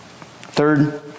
Third